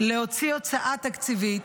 להוציא הוצאה תקציבית,